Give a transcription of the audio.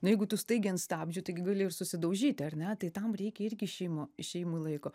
na jeigu tu staigiai ant stabdžių taigi gali ir susidaužyti ar net tam reikia irgi išėjimo išėjimui laiko